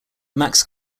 max